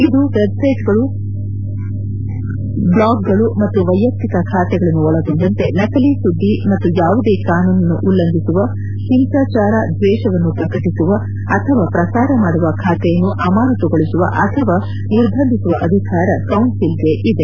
ಇದು ವೆಬ್ಸೈಟ್ಗಳು ಬ್ಲಾಗ್ಗಳು ಮತ್ತು ವೈಯಕ್ತಿಕ ಖಾತೆಗಳನ್ನು ಒಳಗೊಂಡಂತೆ ನಕಲಿ ಸುದ್ದಿ ಅಥವಾ ಯಾವುದೇ ಕಾನೂನನ್ನು ಉಲ್ಲಂಘಿಸುವ ಹಿಂಸಾಚಾರ ದ್ವೇಷವನ್ನು ಪ್ರಕಟಿಸುವ ಅಥವಾ ಪ್ರಸಾರ ಮಾಡುವ ಖಾತೆಯನ್ನು ಅಮಾನತುಗೊಳಿಸುವ ಅಥವಾ ನಿರ್ಬಂಧಿಸುವ ಅಧಿಕಾರ ಕೌನ್ನಿಲ್ಗೆ ಇದೆ